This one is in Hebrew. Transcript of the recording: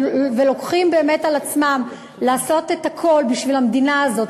ולוקחים באמת על עצמם לעשות את הכול בשביל המדינה הזאת,